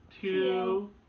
two